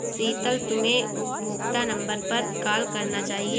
शीतल, तुम्हे उपभोक्ता नंबर पर कॉल करना चाहिए